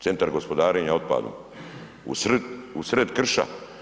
Centar gospodarenja otpadom, u sred krša?